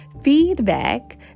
feedback